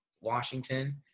Washington